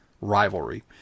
rivalry